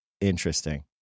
interesting